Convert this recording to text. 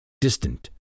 distant